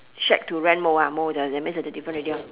shack to rent mou ah mou the that means there's the difference already orh